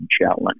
challenge